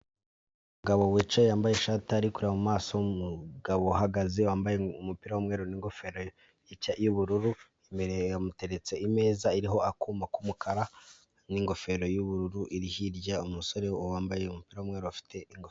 Umugabo wicaye yambaye ishati ari kure mu maso h'umugabo uhagaze wambaye umupira w'umweru n'ingofero y'ubururu, imbere yamuteretse imeza iriho akuma k'umukara n'ingofero y'ubururu iri hirya, umusore wambaye umupira w'umweru ufite ingofero.